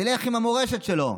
תלך עם המורשת שלו.